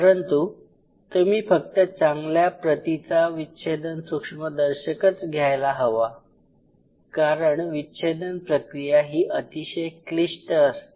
परंतु तुम्ही फक्त चांगल्या प्रतीचा विच्छेदन सूक्ष्मदर्शकच घ्यायला हवा कारण विच्छेदन प्रक्रिया ही अतिशय क्लिष्ट असते